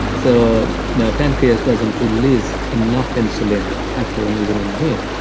so now pancreas doesn't release enough insulin after an evening meal.